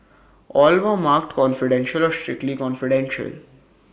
all were marked confidential or strictly confidential